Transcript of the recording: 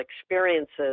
experiences